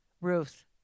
Ruth